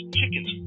chickens